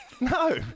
No